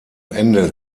ende